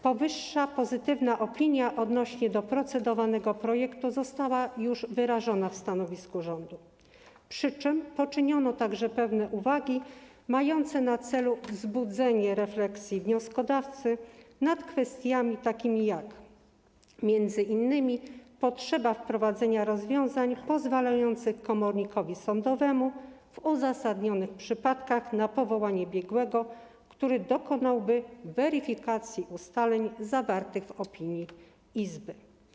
Powyższa pozytywna opinia odnośnie do procedowanego projektu została już wyrażona w stanowisku rządu, przy czym poczyniono także pewne uwagi mające na celu wzbudzenie refleksji wnioskodawcy nad kwestiami takimi jak m.in. potrzeba wprowadzenia rozwiązań pozwalających komornikowi sądowemu w uzasadnionych przypadkach na powołanie biegłego, który dokonałby weryfikacji ustaleń zawartych w opinii izby.